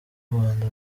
rwanda